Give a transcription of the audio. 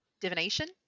Divination